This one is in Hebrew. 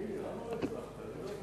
למה לא הצלחת?